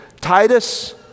Titus